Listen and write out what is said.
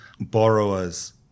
borrowers